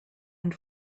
and